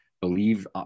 Believe